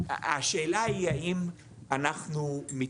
השאלה היא האם אנחנו,